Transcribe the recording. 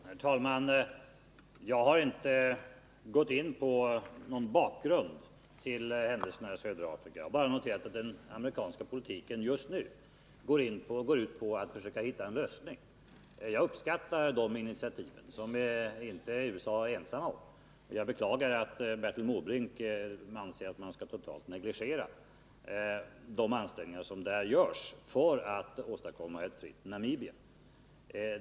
Herr talman! Jag har inte gått in på någon bakgrund till händelserna i södra Afrika. Jag har bara noterat att den amerikanska politiken just nu går ut på att försöka hitta en lösning. Jag uppskattar de initiativen, som inte USA är ensamt om. Jag beklagar att Bertil Måbrink anser att man skall totalt negligera de ansträngningar som görs för att åstadkomma ett fritt Namibia.